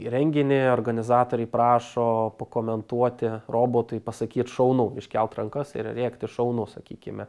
renginį organizatoriai prašo pokomentuoti robotui pasakyt šaunu iškelt rankas ir rėkti šaunu sakykime